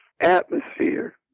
atmosphere